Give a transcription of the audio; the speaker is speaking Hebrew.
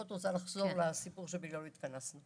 זאת רוצה לחזור לסיפור שבגינו התכנסנו.